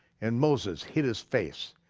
and moses hid his face,